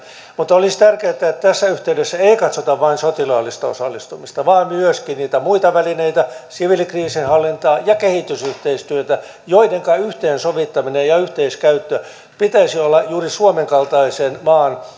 mutta olisi tärkeää että tässä yhteydessä ei katsota vain sotilaallista osallistumista vaan myöskin niitä muita välineitä siviilikriisinhallintaa ja kehitysyhteistyötä joidenka yhteensovittamisen ja yhteiskäytön pitäisi olla juuri suomen kaltaisen maan